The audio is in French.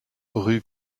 rue